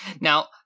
Now